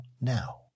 now